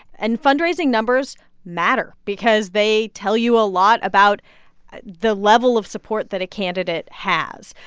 and fundraising numbers matter because they tell you a lot about the level of support that a candidate has.